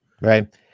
right